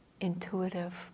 intuitive